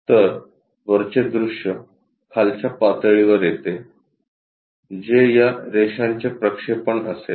तर वरचे दृश्य खालच्या पातळीवर येते जे या रेषांचे प्रक्षेपण असेल